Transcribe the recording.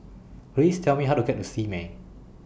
Please Tell Me How to get to Simei